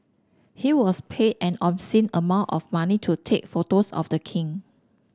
he was paid an obscene amount of money to take photos of the king